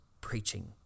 preaching